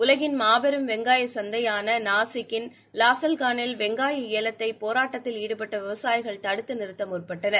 உலகின் மாபெரும் வெங்காய சந்தையாள நாசிக்கின் லாசல்காளில் வெங்காய ஏலத்தை போராட்டத்தில் ஈடுபட்ட விவசாயிகள் தடுத்து நிறுத்த முற்பட்டனர்